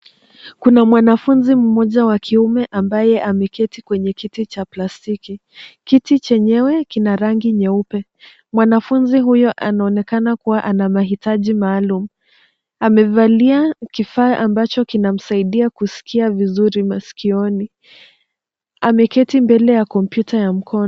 Kuna mwanafunzi mmoja wa kiume ambaye ameketi kwenye kiti cha plastiki. Kiti chenyewe kina rangi nyeupe. Mwanafunzi huyu anaonekana kuwa ana mahitaji maalum. Amevalia kifaa ambacho kinamsaidia kuskia vizuri masikioni. Ameketi mbele ya kompyuta ya mkono.